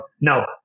No